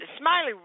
Smiley